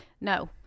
no